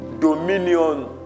Dominion